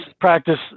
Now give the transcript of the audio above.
practice